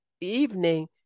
evening